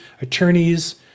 attorneys